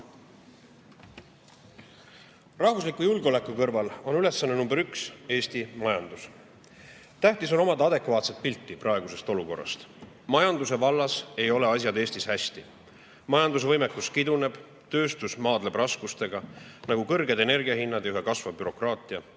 Rahvusliku julgeoleku kõrval on ülesanne nr 1 Eesti majandus. Tähtis on omada adekvaatset pilti praegusest olukorrast. Majanduse vallas ei ole asjad Eestis hästi. Majandusvõimekus kiduneb, tööstus maadleb raskustega, nagu kõrged energia hinnad ja üha kasvav bürokraatia,